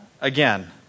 again